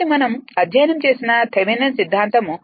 కాబట్టి మనం అధ్యయనం చేసిన థెవెనిన్ సిద్ధాంతం